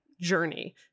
journey